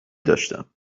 داشتم